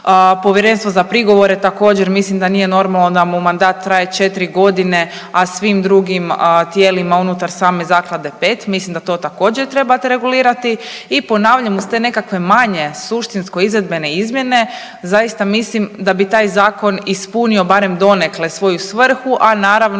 Povjerenstvo za prigovore također mislim da nije normalno da mu mandat traje 4 godine a svim drugim tijelima unutar same zaklade 5. Mislim da to također trebate regulirati. I ponavljam iz te nekakve manje suštinsko, izvedbene izmjene zaista mislim da bi taj zakon ispunio barem donekle svoju svrhu, a naravno